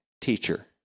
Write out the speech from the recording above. teacher